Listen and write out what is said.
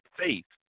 faith